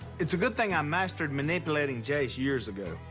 it's a good thing i mastered manipulating jase years ago.